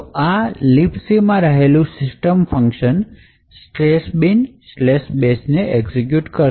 તો આ libc માં રહેલું system function binbash ને એક્ઝિક્યુટ કરશે